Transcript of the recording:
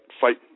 fight